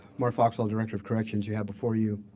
mark foxall, director of corrections. you have before you